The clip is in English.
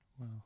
wow